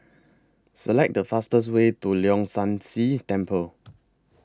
Select The fastest Way to Leong San See Temple